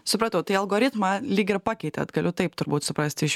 supratau tai algoritmą lyg ir pakeitėte galiu taip turbūt suprasti iš